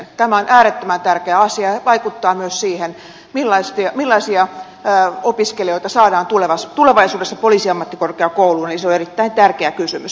tämä on äärettömän tärkeä asia ja vaikuttaa myös siihen millaisia opiskelijoita saadaan tulevaisuudessa poliisiammattikorkeakouluun mikä on erittäin tärkeä kysymys